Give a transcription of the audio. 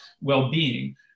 well-being